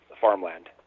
farmland